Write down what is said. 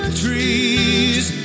trees